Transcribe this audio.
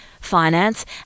Finance